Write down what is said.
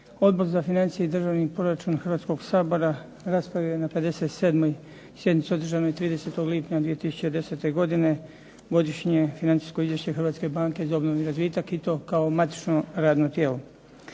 Odbor za financije i državni proračun Hrvatskoga sabora raspravio je na 57. sjednici održanoj 30. lipnja 2010. godine Godišnje financijsko izvješće Hrvatske banke za obnovu i razvitak i to kao matično radno tijelo.